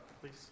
please